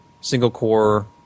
single-core